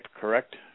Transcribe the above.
correct